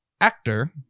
actor